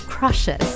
crushes